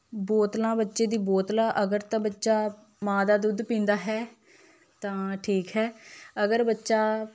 ਬੋਤਲਾਂ ਬੱਚੇ ਦੀਆਂ ਬੋਤਲਾਂ ਅਗਰ ਤਾਂ ਬੱਚਾ ਮਾਂ ਦਾ ਦੁੱਧ ਪੀਂਦਾ ਹੈ ਤਾਂ ਠੀਕ ਹੈ ਅਗਰ ਬੱਚਾ